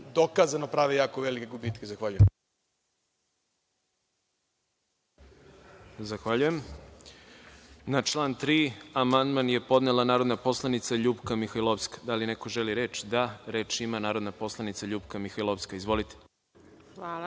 dokazano prave jako velike gubitke. Zahvaljujem. **Đorđe Milićević** Zahvaljujem. Na član 3. amandman je podnela narodna poslanica LJupka Mihajlovska. Da li neko želi reč? (Da)Reč ima narodna poslanica LJupka Mihajlovska. Izvolite.